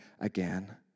again